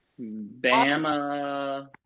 Bama